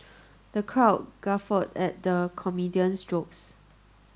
the crowd guffawed at the comedian's jokes